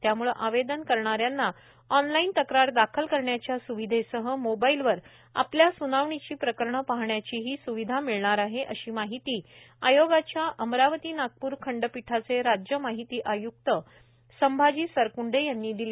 त्यामुळे आवेदन करणाऱ्याना ऑनलाईन तक्रार दाखल करण्याच्या सूविधेसह मोबाईलवर आपल्या सूनावणीची प्रकरणे पाहण्याचीही सूविधा मिळणार आहे अशी माहिती आयोगाच्या अमरावती नागपूर खंडपीठाचे राज्य माहिती आयुक्त संभाजी सरकूंडे यांनी दिली